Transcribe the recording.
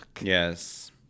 Yes